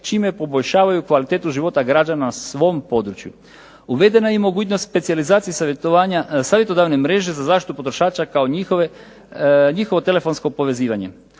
čime poboljšavaju kvalitetu života građana na svom području. Uvedena je i mogućnost specijalizacije savjetodavne mreže za zaštitu potrošača kao njihovo telefonsko povezivanje.